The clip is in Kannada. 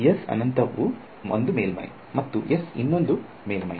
S ಅನಂತವು ಒಂದು ಮೇಲ್ಮೈ ಮತ್ತು S ಇನ್ನೊಂದು ಮೇಲ್ಮೈ